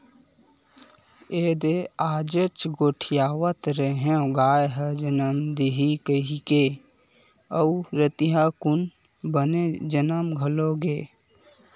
एदे आजेच गोठियावत रेहेंव गाय ह जमन दिही कहिकी अउ रतिहा कुन बने जमन घलो गे